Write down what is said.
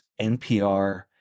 NPR